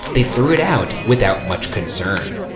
they threw it out without much concern.